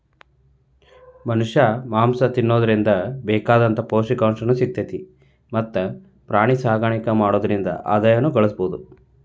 ಮನಷ್ಯಾ ಮಾಂಸ ತಿನ್ನೋದ್ರಿಂದ ಬೇಕಾದಂತ ಪೌಷ್ಟಿಕಾಂಶನು ಸಿಗ್ತೇತಿ ಮತ್ತ್ ಪ್ರಾಣಿಸಾಕಾಣಿಕೆ ಮಾಡೋದ್ರಿಂದ ಆದಾಯನು ಗಳಸಬಹುದು